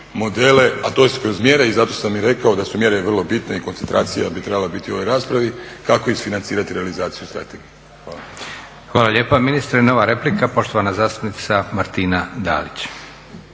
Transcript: a to su kroz mjere, zato sam i rekao da su mjere vrlo bitne i koncentracija bi trebala biti u ovoj raspravi, kako isfinancirati realizaciju strategije. Hvala. **Leko, Josip (SDP)** Hvala lijepa ministre. Nova replika poštovana zastupnica Martina Dalić.